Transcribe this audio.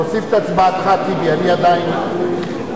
תוסיף את הצבעתך, טיבי, חוק דמי מחלה (תיקון